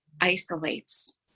isolates